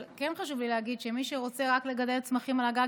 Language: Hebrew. אבל כן חשוב לי להגיד שמי שרוצה רק לגדל צמחים על הגג,